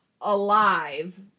alive